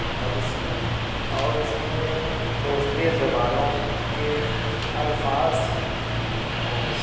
اور اس اور اس نے دوسری زبانوں کے الفاظ کو